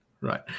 right